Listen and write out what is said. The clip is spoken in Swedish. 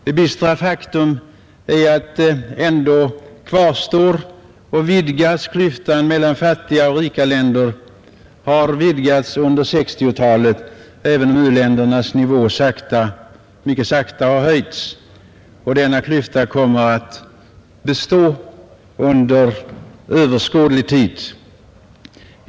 Det bistra faktum kvarstår dock att klyftan mellan fattiga och rika länder har vidgats under 1960-talet, även om u-ländernas nivå mycket sakta har höjts. Denna klyfta kommer att bestå under överskådlig tid.